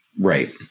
right